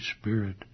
Spirit